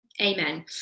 amen